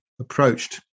approached